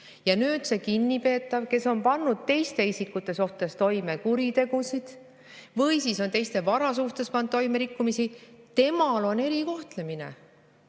Aga nüüd see kinnipeetav, kes on pannud teiste isikute suhtes toime kuritegusid või siis on teiste vara suhtes pannud toime rikkumisi – temal on erikohtlemine!